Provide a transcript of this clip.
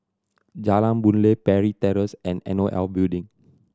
Jalan Boon Lay Parry Terrace and N O L Building